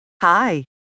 Hi